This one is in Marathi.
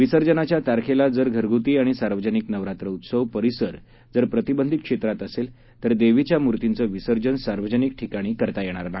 विसर्जनाच्या तारखेला जर घरगुती आणि सार्वजनिक नवरात्र उत्सव परिसर जर प्रतिबंधीत क्षेत्रात असेल तर देवीच्या मूर्तीचं विसर्जन सार्वजनिक ठिकाणी करता येणार नाही